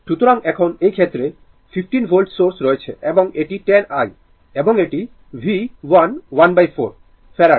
সুতরাং এখন এই ক্ষেত্রে 15 ভোল্ট সোর্স রয়েছে এবং এটি 10 i এবং এটি v 1 14 ফ্যারাড